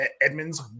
Edmonds